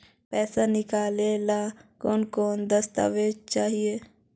पैसा निकले ला कौन कौन दस्तावेज चाहिए?